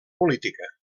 política